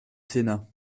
sénat